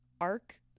arc